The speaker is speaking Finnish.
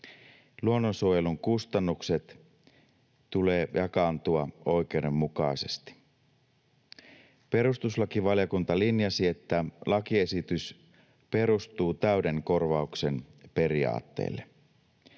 Luonnonsuojelun kustannuksien tulee jakaantua oikeudenmukaisesti. Perustuslakivaliokunta linjasi, että lakiesitys perustuu täyden korvauksen periaatteelle.